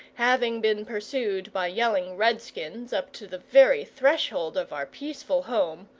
having been pursued by yelling redskins up to the very threshold of our peaceful home,